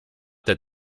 that